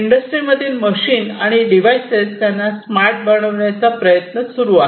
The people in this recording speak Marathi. इंडस्ट्रीमधील मशीन आणि डिव्हाइसेस यांना स्मार्ट बनवण्याचा प्रयत्न सुरू आहे